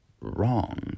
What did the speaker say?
wrong